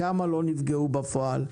כמה לא נפגעו בפועל.